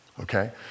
okay